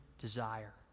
desire